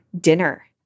dinner